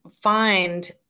find